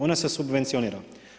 Ona se subvencionira.